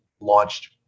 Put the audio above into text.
launched